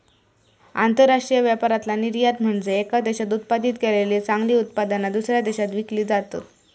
आंतरराष्ट्रीय व्यापारातला निर्यात म्हनजे येका देशात उत्पादित केलेली चांगली उत्पादना, दुसऱ्या देशात विकली जातत